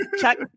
check